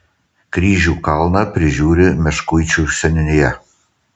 kryžių kalną prižiūri meškuičių seniūnija